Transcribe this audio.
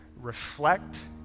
reflect